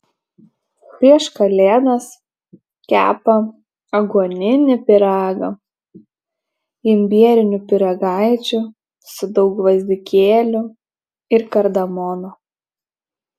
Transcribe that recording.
prieš kalėdas kepa aguoninį pyragą imbierinių pyragaičių su daug gvazdikėlių ir kardamono